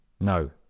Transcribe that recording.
No